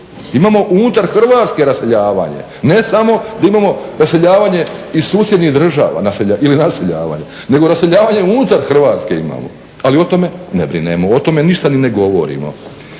Imamo unutar Hrvatske raseljavanje, ne samo da imamo raseljavanje iz susjednih država ili naseljavanje, nego raseljavanje unutar Hrvatske imamo ali o tome ne brinemo, o tome ništa ni ne govorimo.